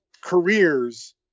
careers